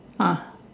ah